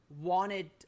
wanted